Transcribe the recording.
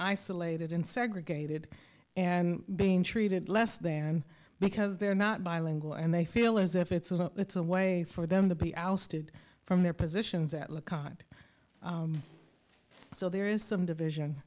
isolated and segregated and being treated less than because they're not bilingual and they feel as if it's a it's a way for them to be ousted from their positions at le cot so there is some division